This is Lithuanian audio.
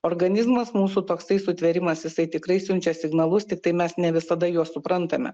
organizmas mūsų toksai sutvėrimas jisai tikrai siunčia signalus tiktai mes ne visada juos suprantame